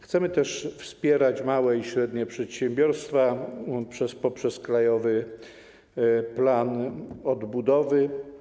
Chcemy też wspierać małe i średnie przedsiębiorstwa poprzez Krajowy Plan Odbudowy.